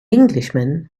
englishman